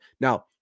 Now